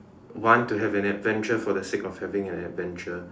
want to have an adventure for the sake of having an adventure